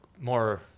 more